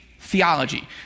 theology